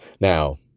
Now